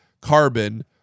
carbon